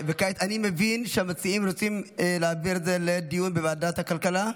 אני מבין שהמציעים רוצים להעביר את זה לדיון בוועדת הכלכלה.